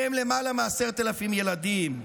ובהם למעלה מ-10,000 ילדים?